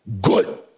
good